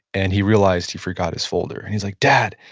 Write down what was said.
and he realized he forgot his folder. he's like, dad,